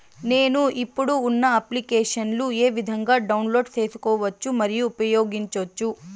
నేను, ఇప్పుడు ఉన్న అప్లికేషన్లు ఏ విధంగా డౌన్లోడ్ సేసుకోవచ్చు మరియు ఉపయోగించొచ్చు?